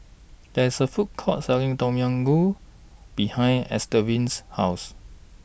There IS A Food Court Selling Tom Yam Goong behind Estevan's House